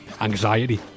anxiety